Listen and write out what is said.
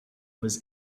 was